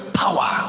power